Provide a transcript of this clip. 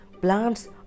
plants